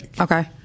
Okay